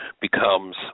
becomes